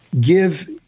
give